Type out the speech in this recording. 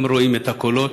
גם רואים את הקולות,